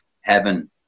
heaven